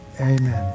amen